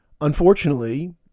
Unfortunately